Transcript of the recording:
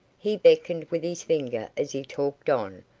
he beckoned with his finger as he talked on,